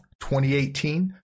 2018